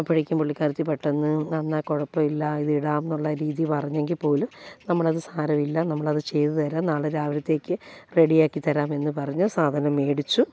അപ്പോഴേക്കും പുള്ളിക്കാരിത്തി പെട്ടെന്ന് അന്നാ കുഴപ്പം ഇല്ല ഇത് ഇടാമെന്നുള്ള രീതി പറഞ്ഞെങ്കിൽ പോലും നമ്മളത് സാരം ഇല്ല നമ്മളത് ചെയ്തു തരാം നാളെ രാവിലത്തേക്ക് റെഡിയാക്കി തരാം എന്നു പറഞ്ഞ് സാധനം മേടിച്ചു